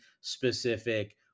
specific